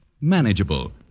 manageable